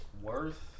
worth